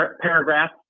paragraph